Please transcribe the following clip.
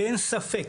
ואין ספק